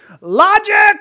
logic